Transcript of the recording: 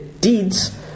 deeds